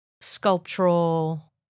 sculptural